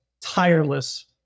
tireless